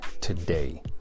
today